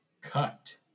Cut